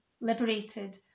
liberated